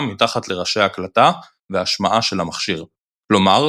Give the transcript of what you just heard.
מתחת לראשי ההקלטה וההשמעה של המכשיר; כלומר,